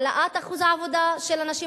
העלאת אחוז ההשתתפות בעבודה של הנשים